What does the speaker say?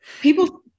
People